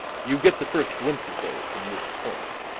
you get the first glimpse of those from this point.